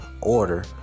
order